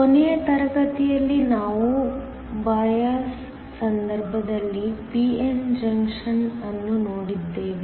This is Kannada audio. ಕೊನೆಯ ತರಗತಿಯಲ್ಲಿ ನಾವು ಬಯಾಸ್ದ ಸಂದರ್ಭದಲ್ಲಿ p n ಜಂಕ್ಷನ್ ಅನ್ನು ನೋಡಿದ್ದೇವೆ